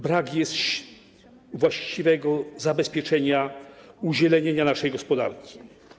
Brak jest właściwego zabezpieczenia uzielenienia naszej gospodarki.